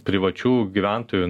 privačių gyventojų